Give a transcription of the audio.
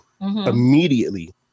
Immediately